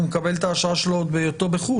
הוא מקבל את האשרה שלו בהיותו בחוץ